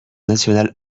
national